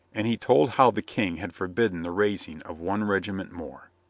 and he told how the king had forbidden the raising of one regiment more.